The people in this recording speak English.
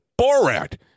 Borat